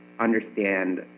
understand